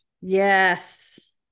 yes